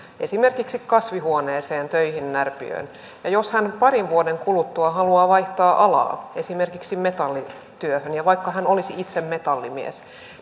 esimerkiksi kasvihuoneeseen töihin närpiöön ja jos hän parin vuoden kuluttua haluaa vaihtaa alaa esimerkiksi metallityöhön ja vaikka hän olisi itse metallimies